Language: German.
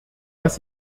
dass